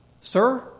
sir